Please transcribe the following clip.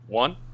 One